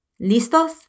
¿Listos